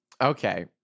Okay